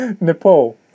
Nepal